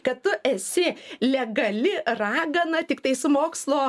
kad tu esi legali ragana tiktai su mokslo